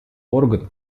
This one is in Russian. орган